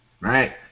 right